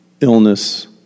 illness